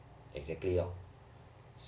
exactly lor